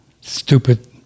stupid